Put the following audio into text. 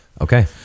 Okay